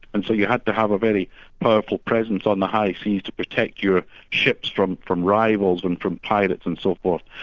and so you had to have a very powerful presence on the high seas to protect your ships from from rivals and from pirates and so forth.